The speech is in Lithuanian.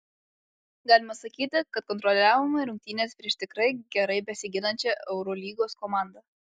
galima sakyti kad kontroliavome rungtynes prieš tikrai gerai besiginančią eurolygos komandą